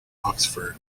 oxford